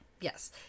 Yes